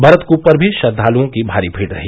भरत कूप पर भी श्रद्वाल्यों की भारी भीड़ रही